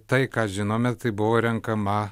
tai ką žinome tai buvo renkama